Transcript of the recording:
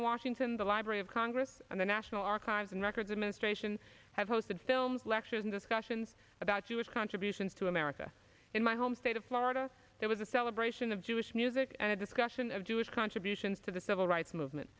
in washington the library of congress and the national archives and records administration have hosted still lectures and discussions about jewish contributions to america in my home state of florida there was a celebration of jewish music and a discussion of jewish contributions to the civil rights movement